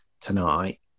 tonight